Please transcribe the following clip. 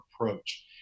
approach